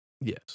Yes